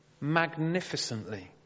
magnificently